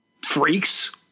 freaks –